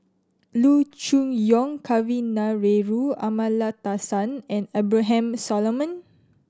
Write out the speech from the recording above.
Loo Choon Yong Kavignareru Amallathasan and Abraham Solomon